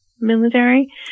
military